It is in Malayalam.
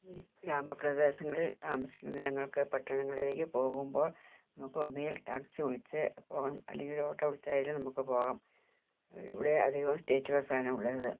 ഗ്രാമപ്രദേശങ്ങളിൽ താമസിക്കുന്ന ഞങ്ങൾക്ക് പട്ടണങ്ങളിലേക്ക് പോകുമ്പോൾ നമുക്ക് ഒന്നുകിൽ ടാക്സി വിളിച്ച് പോവണം അല്ലെങ്കിൽ ഒരു ഓട്ടോ വിളിച്ചായാലും നമുക്ക് പോവാം ഇവിടെ അധികവും സ്റ്റേറ്റ് ബസ്സാണുള്ളത്